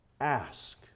Ask